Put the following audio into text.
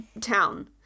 town